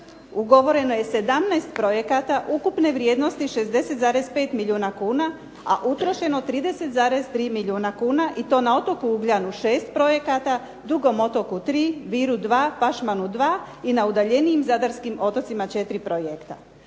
ugovoreno je 17 projekata ukupne vrijednosti 60,5 milijuna kuna, a utrošeno je 30,3 milijuna kuna. I to na otoku Ugljanu 6 projekata, Dugom otoku 3, Viru 2, Pašmanu 2 i na udaljenijim zadarskim otocima 4 projekta.